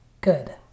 Good